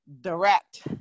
direct